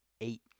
Eight